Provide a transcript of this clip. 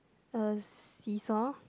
a see-saw